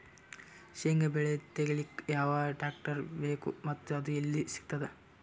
ಶೇಂಗಾ ಬೆಳೆ ತೆಗಿಲಿಕ್ ಯಾವ ಟ್ಟ್ರ್ಯಾಕ್ಟರ್ ಬೇಕು ಮತ್ತ ಅದು ಎಲ್ಲಿ ಸಿಗತದ?